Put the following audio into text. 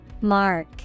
Mark